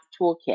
toolkit